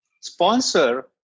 sponsor